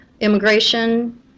Immigration